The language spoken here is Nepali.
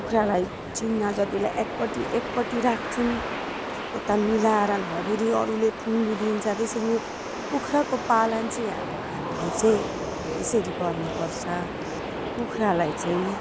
कुखुरालाई चिङ्नाजतिलाई एकपट्टि एकपट्टि राख्छैँ यता मिलाएर नभए फेरि अरूले ठुङ्गिदिन्छ त्यसरी कुखुराको पालन चाहिँ अब हामीले चाहिँ अब यसरी गर्नुपर्छ कुखुरालाई चाहिँ